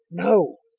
no!